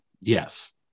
Yes